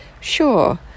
sure